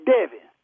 Devin